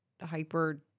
hyper